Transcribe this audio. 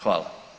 Hvala.